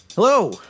Hello